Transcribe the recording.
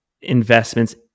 investments